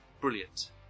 brilliant